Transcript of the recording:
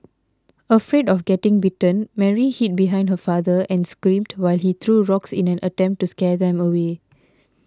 afraid of getting bitten Mary hid behind her father and screamed while he threw rocks in an attempt to scare them away